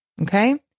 Okay